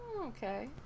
okay